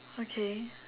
okay